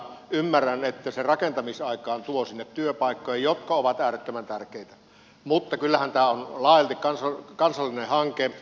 ymmärrän että se rakentamisaikaan tuo sinne työpaikkoja jotka ovat äärettömän tärkeitä mutta kyllähän tämä on laajalti kansallinen hanke